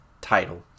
title